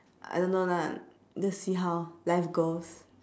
I don't know lah just see how life goes